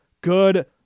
good